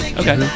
okay